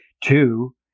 Two